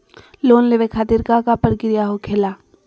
Loan लेवे खातिर का का प्रक्रिया होखेला?